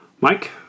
Mike